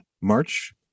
March